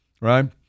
right